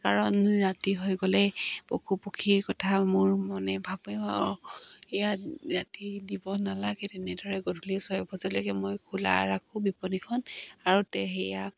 কাৰণ ৰাতি হৈ গ'লে পশু পক্ষীৰ কথা মোৰ মনে ভাবে আৰু ইয়াত ৰাতি দিব নালাগে তেনেদৰে গধূলি ছয় বজালৈকে মই খোলা ৰাখোঁ বিপণীখন আৰু তো সেয়া